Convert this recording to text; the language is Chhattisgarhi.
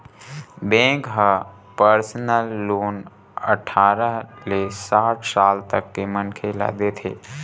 बेंक ह परसनल लोन अठारह ले साठ साल तक के मनखे ल देथे